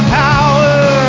power